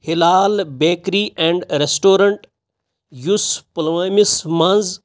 Hilal bakery and restaurant یُس پُلوٲمِس منٛز